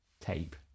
tape